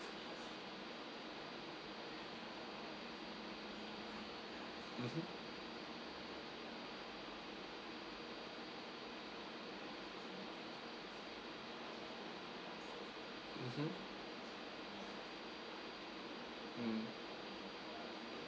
mmhmm mmhmm mm